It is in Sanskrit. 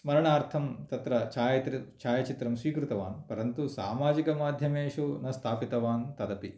स्मरणार्थं तत्र छाया छायाचित्रं स्वीकृतवान् परन्तु सामाजिकमाध्यमेषु न स्थापितवान् तदपि